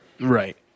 Right